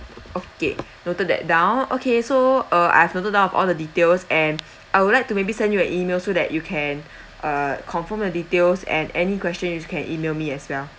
okay noted that down okay so uh I've noted down of all details and I would like to maybe send you an email so that you can uh confirm the details and any question you can email me as well